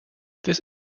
this